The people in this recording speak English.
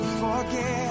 forget